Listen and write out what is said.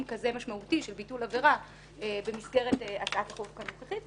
כזה משמעותי של ביטול עבירה במסגרת הצעת החוק הנוכחית.